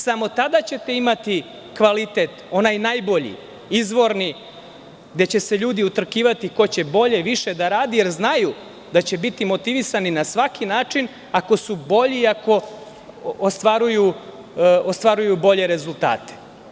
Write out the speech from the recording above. Samo tada ćete imati kvalitet, onaj najbolji, izvorni, gde će se ljudi utrkivati ko će bolje, više da radi, da znaju da će biti motivisani na svaki način, ako su bolji, ako ostvaruju bolje rezultate.